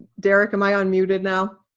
derek, am i unmuted now?